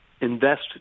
invest